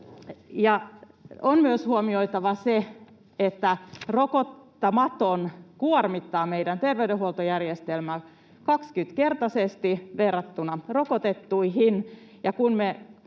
On myös huomioitava se, että rokottamaton kuormittaa meidän terveydenhuoltojärjestelmää 20-kertaisesti verrattuna rokotettuihin,